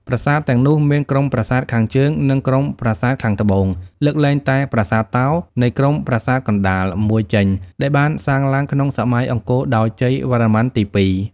ប្រាសាទទាំងនោះមាន ក្រុមប្រាសាទខាងជើង និង ក្រុមប្រាសាទខាងត្បូង លើកលែងតែប្រាសាទតោ នៃក្រុមប្រាសាទកណ្តាល មួយចេញ ដែលបានសាងឡើង ក្នុងសម័យអង្គរដោយជ័យវរ្ម័នទី២ ។